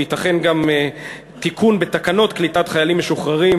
שגם תיקון בתקנות קליטת חיילים משוחררים